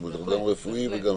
בהחלט.